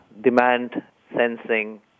demand-sensing